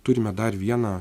turime dar vieną